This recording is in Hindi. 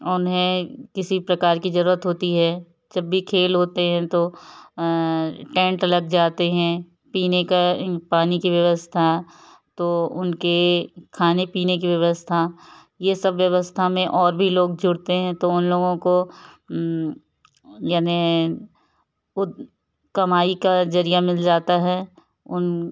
उन्हें किसी प्रकार की ज़रूरत होती है जब भी खेल होते हैं तो टेंट लग जाते हैं पीने के पानी की व्यवस्था तो उनके खाने पीने के व्यवस्था ये सब व्यवस्था में और भी लोग जुड़ते हैं तो उन लोगों को यानी वो कमाई का ज़रिया मिल जाता है उन